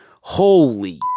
Holy